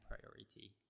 priority